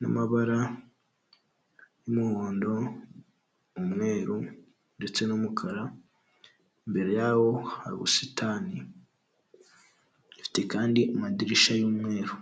n'amabara y'umuhondo, umweru ndetse n'umukara, imbere yawo hari ubusitani. Ifite kandi amadirishya y'umweru.